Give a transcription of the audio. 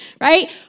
right